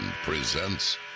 presents